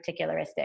particularistic